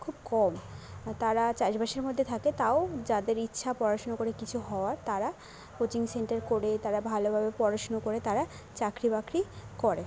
খুব কম তারা চাষবাসের মধ্যে থাকে তাও যাদের ইচ্ছা পড়াশুনো করে কিছু হওয়ার তারা কোচিং সেন্টার করে তারা ভালোভাবে পড়াশুনো করে তারা চাকরি বাকরি করে